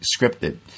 scripted